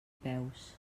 peus